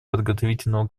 подготовительного